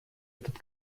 этот